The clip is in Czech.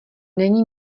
není